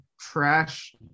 trash